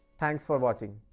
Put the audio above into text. thanks for watching.